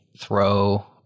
throw